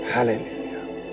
Hallelujah